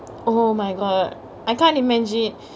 oh my god I can't imagine